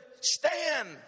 stand